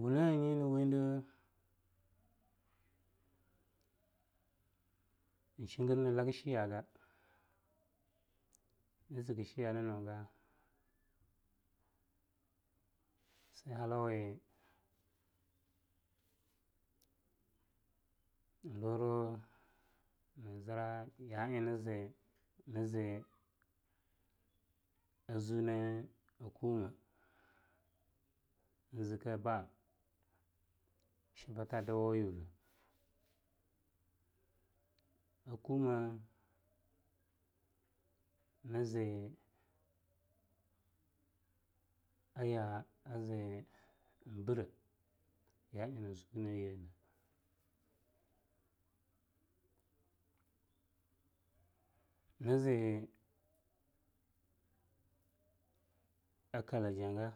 wunnei a nyi eing nwunde, nchngr n laga shiyaga nzg shiya'a nnuga sai halawawi nnura tanzra ya'a eing nzai nzai an ziune'ie a Kumo nzai aya'a azai nbre ya'a eing nziuneyene, nzai a Kalajaga,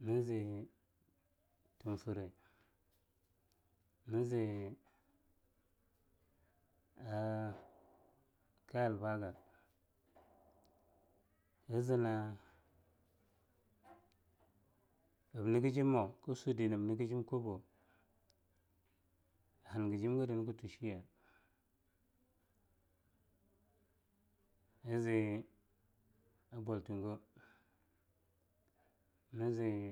nzai a Yumfre, nzai a ka'ilanaga nzna zbngjim mawa kswede nabngjim kobowe a hangjim gede naktushiya'a nzai a Boltungo nzai